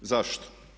Zašto?